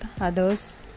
others